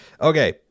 Okay